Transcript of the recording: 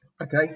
Okay